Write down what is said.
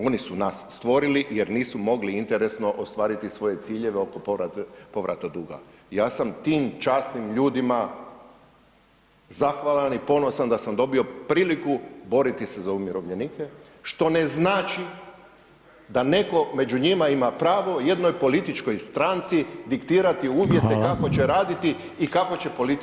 Oni su nas stvorili jer nisu mogli interesno ostvariti svoje ciljeve oko povrata duga, ja sam tim časnim ljudima zahvalan i ponosan da sam dobio priliku boriti se za umirovljenike, što ne znači da netko među njima ima pravo jednoj političkoj stranci diktirati uvjete [[Upadica: Hvala.]] kako će raditi i kako će politički djelovati.